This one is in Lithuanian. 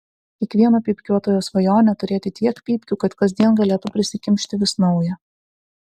kiekvieno pypkiuotojo svajonė turėti tiek pypkių kad kasdien galėtų prisikimšti vis naują